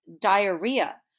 diarrhea